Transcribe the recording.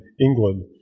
England